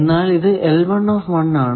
എന്നാൽ ഇത് ആണ്